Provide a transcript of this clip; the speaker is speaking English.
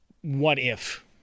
what-if